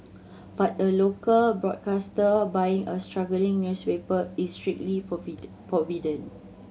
but a local broadcaster buying a struggling newspaper is strictly forbidden